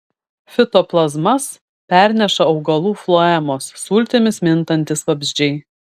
fitoplazmas perneša augalų floemos sultimis mintantys vabzdžiai